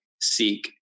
seek